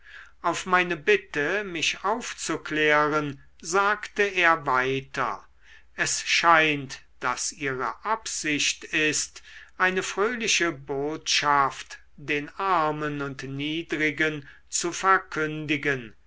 auf meine bitte mich aufzuklären sagte er weiter es scheint daß ihre absicht ist eine fröhliche botschaft den armen und niedrigen zu verkündigen